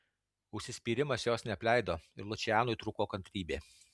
užsispyrimas jos neapleido ir lučianui trūko kantrybė